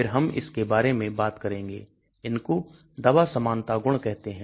फिर हम इसके बारे में बात करेंगे इनको दवा समानता गुण कहते हैं